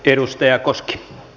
arvoisa puhemies